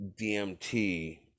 DMT